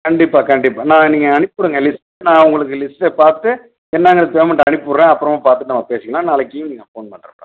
கண்டிப்பாக கண்டிப்பாக நான் நீங்கள் அனுப்பி விடுங்க லிஸ்ட் நான் உங்களுக்கு லிஸ்ட்டை பார்த்து என்னெனாங்கற பேமெண்ட்டு அனுப்பி விட்றேன் அப்புறமா பார்த்துட்டு நம்ம பேசிக்கலாம் நாளைக்கு ஈவ்னிங் நான் ஃபோன் பண்ணுறேன் மேடம்